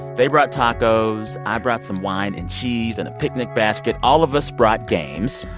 they brought tacos. i brought some wine and cheese and a picnic basket. all of us brought games.